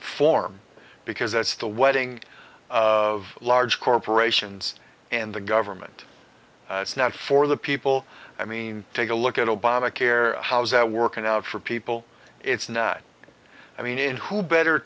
form because it's the wedding of large corporations and the government it's not for the people i mean take a look at obamacare how's that working out for people it's not i mean it who better